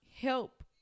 Help